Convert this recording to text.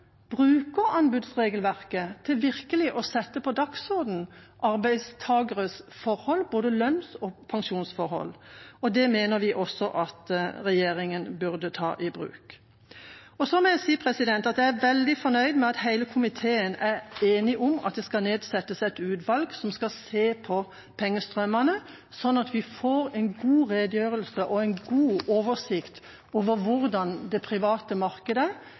virkelig å sette på dagsordenen arbeidstakeres forhold – både lønns- og pensjonsforhold. Det mener vi også at regjeringa burde ta i bruk. Så må jeg si at jeg er veldig fornøyd med at hele komiteen er enige om at det skal nedsettes et utvalg som skal se på pengestrømmene, slik at vi får en god redegjørelse og en god oversikt over hvordan det private markedet